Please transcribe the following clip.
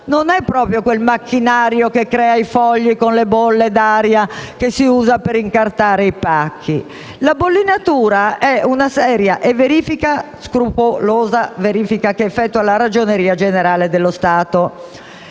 non è proprio quel macchinario che crea i fogli con le bolle d'aria che si usa per incartare i pacchi. La bollinatura è una seria e scrupolosa verifica che effettua la Ragioneria generale dello Stato.